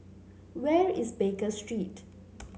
where is Baker Street